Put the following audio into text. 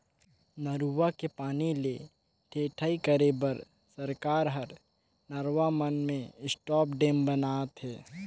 नरूवा के पानी ले टेड़ई करे बर सरकार हर नरवा मन में स्टॉप डेम ब नात हे